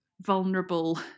vulnerable